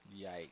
Yikes